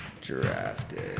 Drafted